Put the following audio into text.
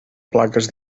plaques